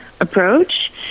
approach